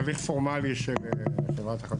זה הליך פורמלי של חברת החשמל.